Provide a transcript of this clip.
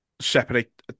separate